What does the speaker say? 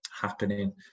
happening